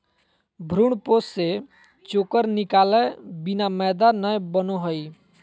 भ्रूणपोष से चोकर निकालय बिना मैदा नय बनो हइ